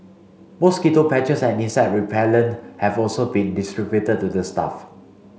mosquito patches and insect repellent have also been distributed to the staff